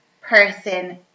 person